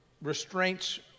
restraints